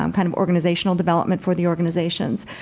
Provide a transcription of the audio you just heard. um kind of organizational development for the organizations.